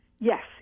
Yes